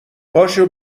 پاشو